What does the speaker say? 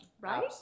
right